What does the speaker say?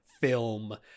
film